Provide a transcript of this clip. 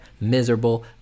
miserable